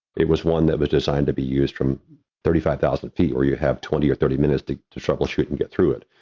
it was one that was designed to be used from thirty five thousand feet when you have twenty or thirty minutes to to troubleshoot and get through it.